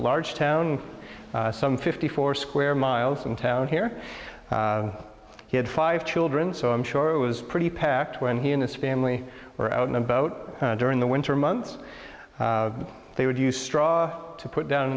large town some fifty four square miles from town here he had five children so i'm sure it was pretty packed when he and his family were out and about during the winter months they would use straw to put down